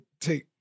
take